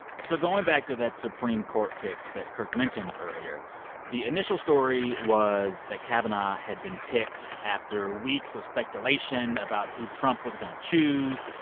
so going back to that supreme court pick that kirk mentioned earlier the initial story was that kavanaugh had been picked after weeks of speculation about who trump was going to choose,